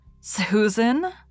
Susan